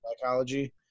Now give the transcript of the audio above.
psychology